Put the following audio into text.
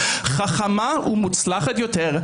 חכמה ומוצלחת יותר.